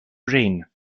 brain